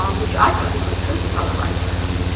um which i think is the truth-teller right now,